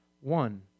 one